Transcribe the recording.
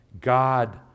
God